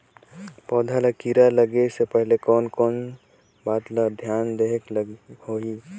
पौध ला कीरा लगे से पहले कोन कोन बात ला धियान देहेक होही?